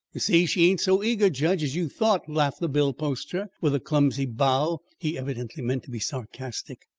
you see she ain't so eager, jedge, as you thought, laughed the bill-poster, with a clumsy bow he evidently meant to be sarcastic.